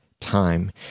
time